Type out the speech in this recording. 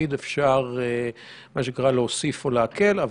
שאפשר יהיה להוסיף או להקל.